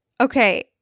Okay